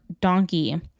donkey